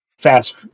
fast